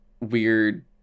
weird